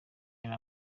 yari